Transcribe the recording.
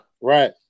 Right